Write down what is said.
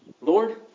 Lord